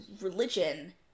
religion